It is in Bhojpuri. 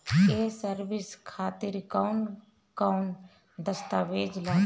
ये सर्विस खातिर कौन कौन दस्तावेज लगी?